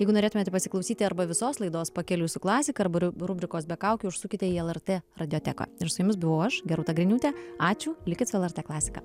jeigu norėtumėt pasiklausyti arba visos laidos pakeliui su klasika arba rubrikos be kaukių užsukite į lrt radioteką ir su jumis buvau aš gerūta griniūtė ačiū likit su lrt klasika